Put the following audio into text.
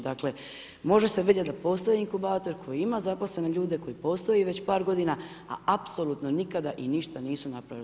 Dakle, može se vidjeti da postoji inkubator koji ima zaposlene ljude, koji postoji već par godina, a apsolutno nikada i ništa nisu napravili.